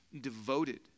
devoted